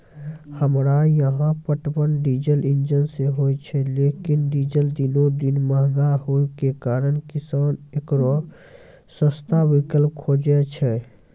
हमरा यहाँ पटवन डीजल इंजन से होय छैय लेकिन डीजल दिनों दिन महंगा होय के कारण किसान एकरो सस्ता विकल्प खोजे छैय?